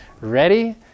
ready